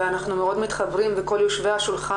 ואנחנו מאוד מתחברים וכל יושבי השולחן,